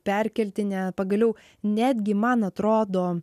perkeltine pagaliau netgi man atrodo